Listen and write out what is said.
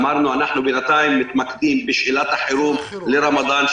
אמרנו שאנחנו בינתיים מתמקדים בשאלת החירום לרמדאן,